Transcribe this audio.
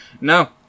no